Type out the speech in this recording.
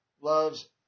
loves